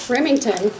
Remington